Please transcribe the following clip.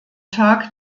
tag